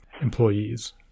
employees